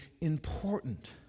important